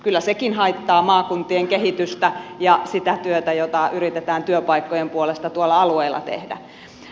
kyllä sekin haittaa maakuntien kehitystä ja sitä työtä jota yritetään työpaikkojen puolesta tuolla alueilla tehdä